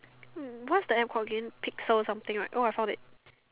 what's the App called again pixel something right oh I found it